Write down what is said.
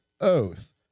oath